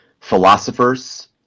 philosophers